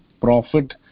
profit